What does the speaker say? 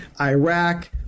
iraq